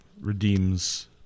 redeems